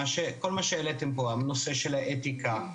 כל מה שהעליתם פה בנושא האתיקה,